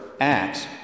Acts